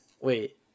Wait